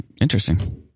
interesting